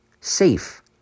safe